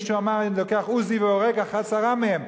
מישהו אמר: אני לוקח "עוזי" והורג עשרה מהם.